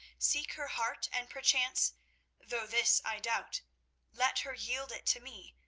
seek her heart, and perchance though this i doubt let her yield it to me,